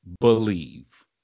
believe